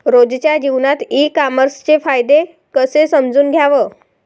रोजच्या जीवनात ई कामर्सचे फायदे कसे समजून घ्याव?